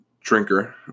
drinker